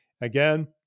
again